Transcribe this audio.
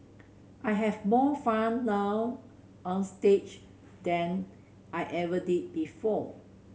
I have more fun now onstage than I ever did before